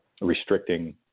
restricting